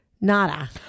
Nada